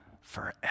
forever